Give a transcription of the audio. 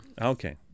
Okay